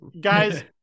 guys